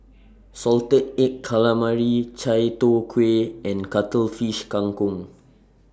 Salted Egg Calamari Chai Tow Kway and Cuttlefish Kang Kong